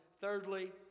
thirdly